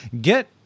get